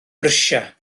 brysia